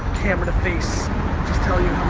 camera to face, just tell you